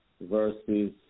versus